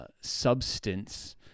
substance